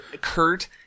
Kurt